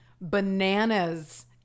bananas